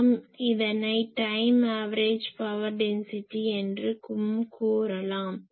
நாம் இதனை time average power density என்றும் கூறலாம்